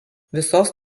visos